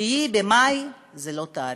9 במאי זה לא תאריך,